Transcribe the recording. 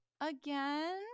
again